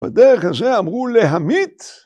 בדרך הזה אמרו להמית